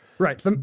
Right